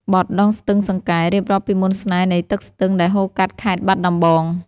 បទ «ដងស្ទឹងសង្កែ» រៀបរាប់ពីមន្តស្នេហ៍នៃទឹកស្ទឹងដែលហូរកាត់ខេត្តបាត់ដំបង។